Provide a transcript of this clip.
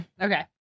Okay